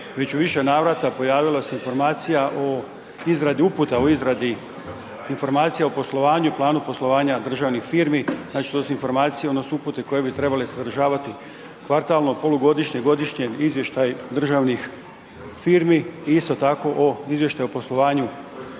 Već u više navrata pojavila se informacija o izradi uputa o izradi informacija o poslovanju, planu poslovanja državnih firmi. Znači to su informacije odnosno upute koje bi trebale sadržavati kvartalno, polugodišnje, godišnje izvještaj državnih firmi i isto tako o, izvještaj o poslovanju,